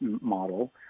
model